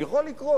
יכול לקרות,